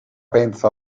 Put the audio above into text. pensa